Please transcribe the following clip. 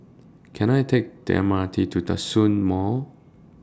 Can I Take The M R T to Djitsun Mall